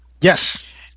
Yes